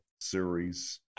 series